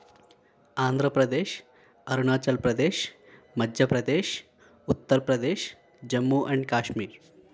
Andhra Pradesh Arunachal Pradesh Madhya Pradesh Uttar Pradesh Jammu and Kashmir